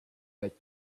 like